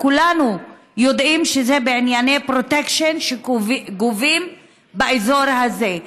וכולנו יודעים שזה בענייני פרוטקשן שגובים באזור הזה.